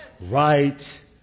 right